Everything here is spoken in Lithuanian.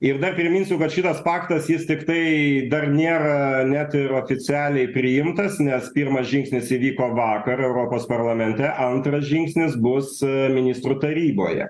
ir dar priminsiu kad šitas faktas jis tiktai dar nėra net ir oficialiai priimtas nes pirmas žingsnis įvyko vakar europos parlamente antras žingsnis bus ministrų taryboje